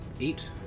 eight